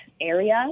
area